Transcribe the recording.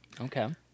Okay